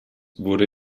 wurde